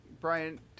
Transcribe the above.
brian